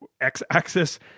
x-axis